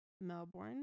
Melbourne